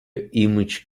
image